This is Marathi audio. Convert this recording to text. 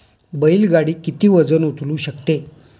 बैल गाडी किती वजन उचलू शकते?